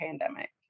pandemic